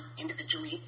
individually